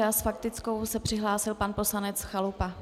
S faktickou se přihlásil pan poslanec Chalupa.